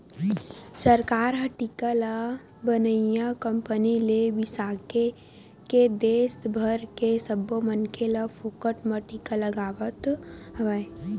सरकार ह टीका ल बनइया कंपनी ले बिसाके के देस भर के सब्बो मनखे ल फोकट म टीका लगवावत हवय